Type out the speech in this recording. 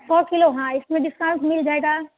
सौ किलो हाँ इसमे डिस्काउंट मिल जाएगा